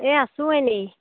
এই আছোঁ এনেই